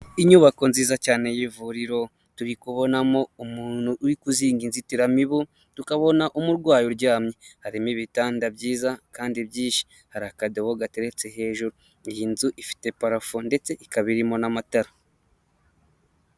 Inyubako nziza cyane y'ivuriro turi kubonamo umuntu uri kuzinga inzitiramibu, tukabona umurwayi uryamye harimo ibitanda byiza kandi byinshi, hari akadeho gateretse hejuru iyi nzu ifite parafu ndetse ikaba iririmo n'amatara.